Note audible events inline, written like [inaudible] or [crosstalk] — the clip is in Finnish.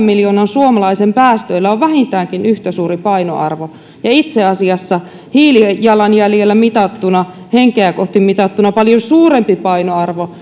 [unintelligible] miljoonan suomalaisen päästöillä on vähintäänkin yhtä suuri painoarvo ja itse asiassa hiilijalanjäljellä henkeä kohti mitattuna paljon suurempi painoarvo [unintelligible]